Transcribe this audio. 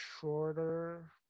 shorter